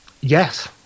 Yes